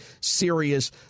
serious